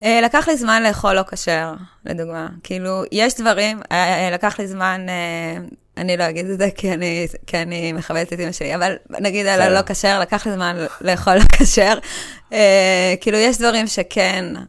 לקח לי זמן לאכול לא כשר, לדוגמה. כאילו, יש דברים, לקח לי זמן - אני לא אגיד את זה כי אני, כי אני מכבדת את אימא שלי. אבל נגיד על הלא כשר, לקח לי זמן לאכול לא כשר. כאילו, יש דברים שכן...